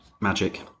Magic